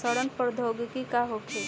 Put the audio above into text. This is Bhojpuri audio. सड़न प्रधौगकी का होखे?